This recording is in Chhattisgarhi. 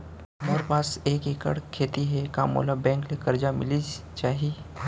मोर पास एक एक्कड़ खेती हे का मोला बैंक ले करजा मिलिस जाही?